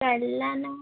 काढला ना